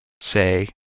Say